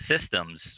systems